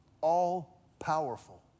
all-powerful